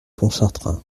pontchartrain